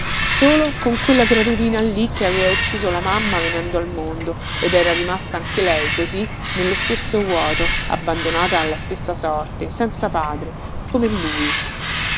solo con quella creaturina lì che aveva ucciso la mamma venendo al mondo ed era rimasta anche lei così nello stesso vuoto abbandonata alla stessa sorte senza padre come lui